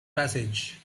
passage